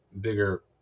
bigger